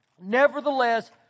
Nevertheless